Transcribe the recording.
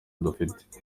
dufite